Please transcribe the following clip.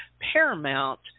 Paramount